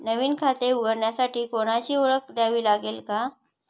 नवीन खाते उघडण्यासाठी कोणाची ओळख द्यावी लागेल का?